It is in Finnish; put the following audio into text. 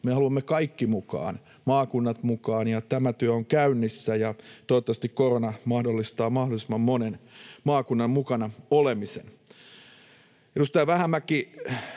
Me haluamme kaikki mukaan, maakunnat mukaan. Tämä työ on käynnissä, ja toivottavasti korona mahdollistaa mahdollisimman monen maakunnan mukana olemisen. Edustaja Vähämäki: